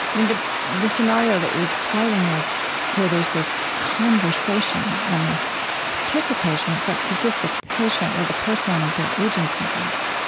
the the scenario that you're describing, where where there's this conversation and this participation, it's like it gives the patient or the person their agency back